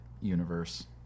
Universe